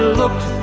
looked